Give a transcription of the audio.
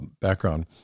background